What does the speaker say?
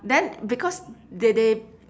then because they they